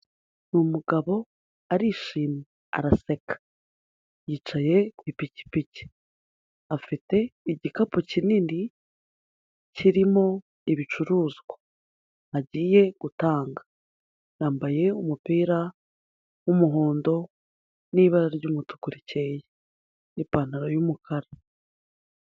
Umugabo arishimye. Araseka. Yicaye ku ipikipiki. Afite igikapu kinini kirimo ibicuruzwa. Agiye gutanga. Yambaye umupira w'umuhondo n'ibara ry'umutuku rikeya. N'ipantaro y'umukara.